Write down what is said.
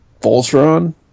Voltron